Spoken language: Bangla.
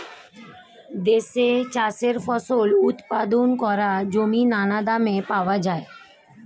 দেশে চাষের ফসল উৎপাদন করার জমি নানা দামে পাওয়া যায়